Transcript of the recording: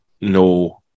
no